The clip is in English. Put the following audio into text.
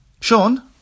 Sean